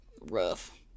rough